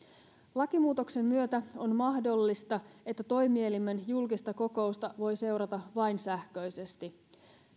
lakimuutoksen myötä on mahdollista että toimielimen julkista kokousta voi seurata vain sähköisesti